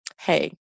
hey